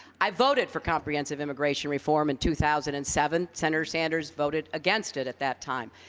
i voted for comprehensive immigration reform in two thousand and seven. senator sanders voted against it at that time.